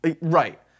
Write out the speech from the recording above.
Right